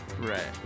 Right